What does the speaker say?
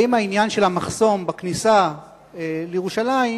האם העניין של המחסום בכניסה לירושלים,